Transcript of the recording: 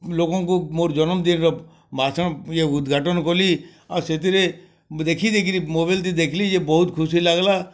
ଲୋକଙ୍କୁ ମୋର ଜନ୍ମ ଦିନ୍ର ଭାଷଣ ଏ ଉଦ୍ଘାଟନ କଲି ଆଉ ସେଥିରେ ଦେଖି ଦେଇ କିରି ମୋବାଇଲ୍ ତି ଦେଖିଲି ଯେ ବହୁତ ଖୁସି ଲାଗିଲା